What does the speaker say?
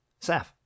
Saf